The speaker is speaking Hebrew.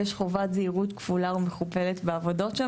יש חובת זהירות כפולה ומכופלת בעבודות שם,